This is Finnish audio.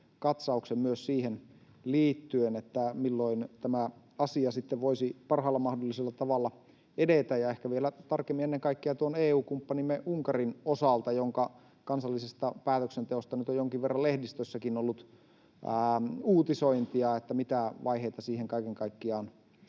katsauksen myös siihen liittyen, milloin tämä asia sitten voisi parhaalla mahdollisella tavalla edetä, ja ehkä vielä tarkemmin ennen kaikkea tuon EU-kumppanimme Unkarin osalta, jonka kansallisesta päätöksenteosta nyt on jonkin verran lehdistössäkin ollut uutisointia, mitä vaiheita siihen kaiken kaikkiaan